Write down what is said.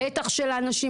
בטח של האנשים,